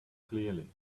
clearly